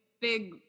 big